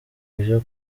byo